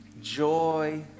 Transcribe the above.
joy